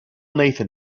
nathan